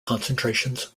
concentrations